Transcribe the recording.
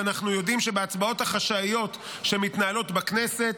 ואנחנו יודעים שבהצבעות החשאיות שמתנהלות בכנסת,